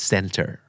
Center